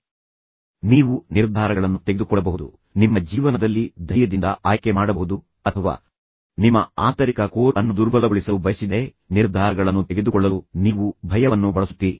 ಆದ್ದರಿಂದ ನೀವು ನಿರ್ಧಾರಗಳನ್ನು ತೆಗೆದುಕೊಳ್ಳಬಹುದು ನಿಮ್ಮ ಜೀವನದಲ್ಲಿ ನೀವು ಧೈರ್ಯದಿಂದ ಆಯ್ಕೆ ಮಾಡಬಹುದು ಅಥವಾ ನೀವು ನಿಮ್ಮ ಆಂತರಿಕ ಕೋರ್ ಅನ್ನುದುರ್ಬಲಗೊಳಿಸಲು ಬಯಸಿದರೆ ನಿಮ್ಮ ಜೀವನದಲ್ಲಿ ನಿರ್ಧಾರಗಳನ್ನು ತೆಗೆದುಕೊಳ್ಳಲು ನೀವು ಭಯವನ್ನು ಬಳಸುತ್ತೀರಿ